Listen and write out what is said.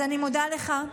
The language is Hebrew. אז אני מודה לך.